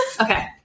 Okay